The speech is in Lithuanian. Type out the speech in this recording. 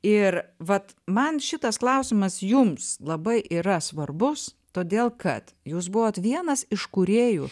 ir vat man šitas klausimas jums labai yra svarbus todėl kad jūs buvot vienas iš kūrėjų